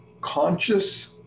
conscious